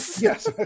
Yes